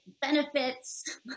benefits